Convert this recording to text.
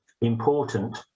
important